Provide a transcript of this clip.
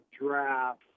draft